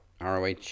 ROH